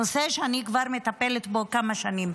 נושא שאני מטפלת בו כבר כמה שנים.